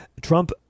Trump